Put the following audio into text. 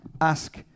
ask